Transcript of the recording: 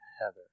Heather